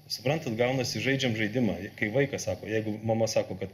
suprantat gaunasi žaidžiam žaidimą kai vaikas sako jeigu mama sako kad